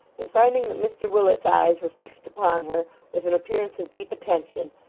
and finding that mr willet's eyes were fixed upon her with an appearance of deep attention,